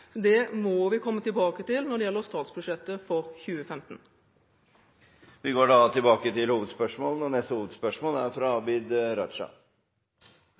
Det må vi komme tilbake til i statsbudsjettet for 2015. Vi går til neste hovedspørsmål. Mitt spørsmål går til